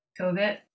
COVID